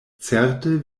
certe